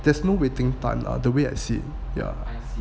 there's no waiting time lah the way I see yeah